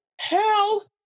hell